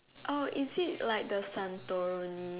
oh is it like the Santorini